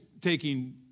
taking